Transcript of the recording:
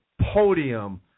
podium